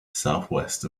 southwest